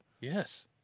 Yes